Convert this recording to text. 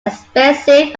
expensive